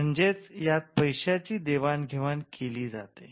म्हणजेच यात पैश्याची देवाण घेवाण केली जाते